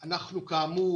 כאמור,